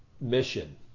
mission